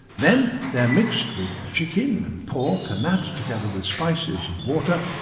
then they're mixed with chicken and pork and that, together with spices and water,